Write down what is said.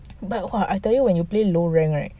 like !wah! I tell you when you play low rank right